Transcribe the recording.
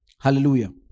Hallelujah